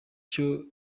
cyo